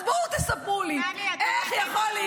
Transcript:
אז בואו תספרו לי -- טלי, את עורכת דין.